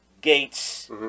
Gates